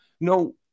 No